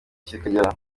kikagera